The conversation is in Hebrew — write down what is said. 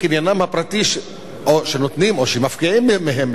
או שמפקיעים מהם,